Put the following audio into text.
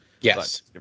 Yes